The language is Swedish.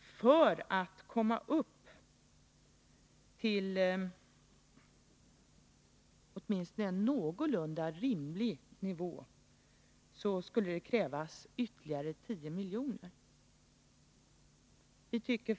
för att den skulle komma upp till en åtminstone någorlunda rimlig nivå skulle det krävas ytterligare 10 milj.kr.